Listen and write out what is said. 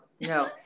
no